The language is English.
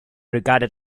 regarded